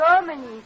Germany